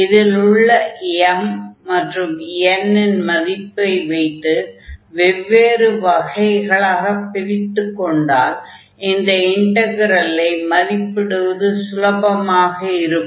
இதில் உள்ள m மற்றும் n இன் மதிப்பை வைத்து வெவ்வேறு வகைகளாகப் பிரித்துக் கொண்டால் இந்த இன்டக்ரலை மதிப்பிடுவது சுலபமாக இருக்கும்